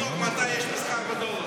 לך תבדוק מתי יש מסחר בדולר.